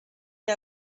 que